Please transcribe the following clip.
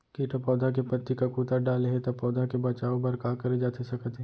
किट ह पौधा के पत्ती का कुतर डाले हे ता पौधा के बचाओ बर का करे जाथे सकत हे?